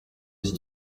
iki